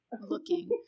looking